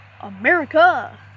America